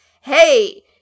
Hey